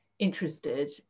interested